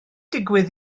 digwydd